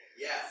Yes